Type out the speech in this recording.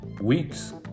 weeks